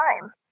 time